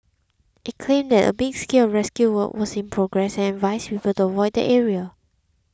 it claimed that a big scale of rescue work was in progress and advised people to avoid the area